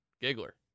Giggler